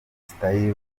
style